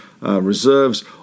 reserves